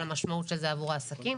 על המשמעות של זה עבור העסקים.